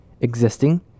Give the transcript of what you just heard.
existing